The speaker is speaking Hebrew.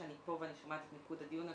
כשאני פה ואני שומעת את מיקוד הדיון,